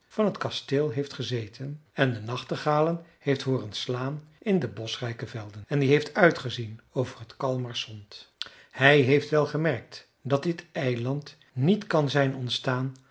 van het kasteel heeft gezeten en de nachtegalen heeft hooren slaan in de boschrijke velden en die heeft uitgezien over t kalmar sond hij heeft wel gemerkt dat dit eiland niet kan zijn ontstaan